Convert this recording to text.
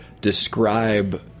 describe